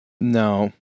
No